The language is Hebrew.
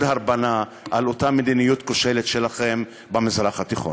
הרבנה על אותה מדיניות כושלת שלכם במזרח התיכון.